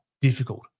Difficult